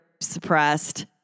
suppressed